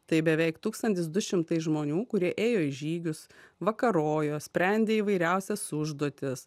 tai beveik tūkstantis du šimtai žmonių kurie ėjo į žygius vakarojo sprendė įvairiausias užduotis